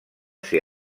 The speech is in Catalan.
ser